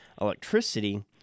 electricity